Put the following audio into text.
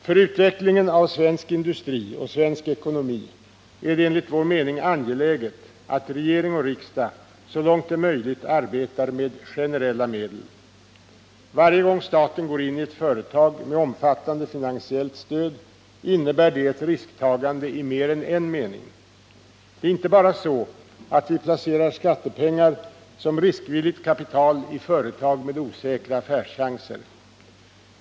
För utvecklingen av svensk industri och svensk ekonomi är det enligt vår mening angeläget att regering och riksdag så långt det är möjligt arbetar med generella medel. Varje gång staten går in i ett företag med omfattande finansiellt stöd innebär det ett risktagande i mer än en mening. Det är inte bara så att vi placerar skattepengar som riskvilligt kapital i företag med osäkra affärschanser.